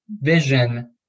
vision